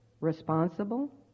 responsible